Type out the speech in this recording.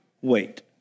wait